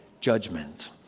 judgment